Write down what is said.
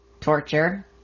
torture